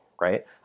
right